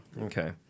Okay